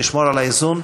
נשמור על האיזון.